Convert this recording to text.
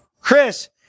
Chris